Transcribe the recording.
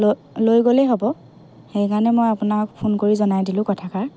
লৈ লৈ গ'লেই হ'ব সেইকাৰণে মই আপোনাক ফোন কৰি জনাই দিলোঁ কথাষাৰ